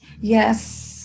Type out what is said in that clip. Yes